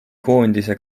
koondise